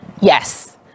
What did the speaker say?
Yes